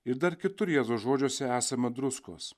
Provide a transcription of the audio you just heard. ir dar kitur jėzaus žodžiuose esama druskos